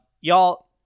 Y'all